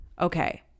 okay